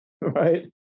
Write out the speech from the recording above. right